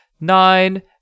nine